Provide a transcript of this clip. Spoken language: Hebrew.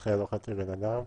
"נכה לא חצי בן-אדם".